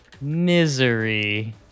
misery